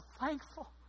thankful